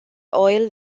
oil